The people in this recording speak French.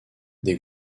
des